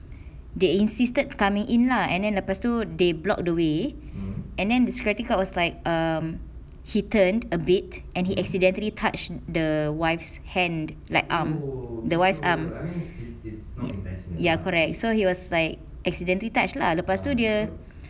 they insisted coming in lah and then lepas tu they block the way and then this security guard was like um he turned a bit and he accidentally touched the wife's hand like arm the wife's arm ya correct so he was like accidentally touched lah lepas tu dia